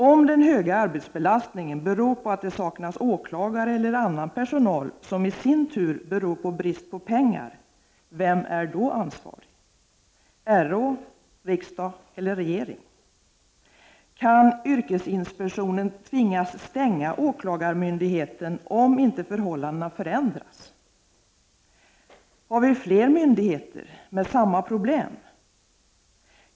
Om den höga arbetsbelastningen beror på att det saknas åklagare eller annan personal, vilket i sin tur beror på brist på pengar, vem är då ansvarig? RÅ, riksdag eller regering? Kan yrkesinspektionen tvingas stänga åklagarmyndigheten om inte förhållandena förändras? Har vi fler myndigheter med samma problem?